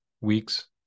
weeks